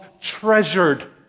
treasured